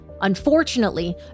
Unfortunately